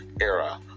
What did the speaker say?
era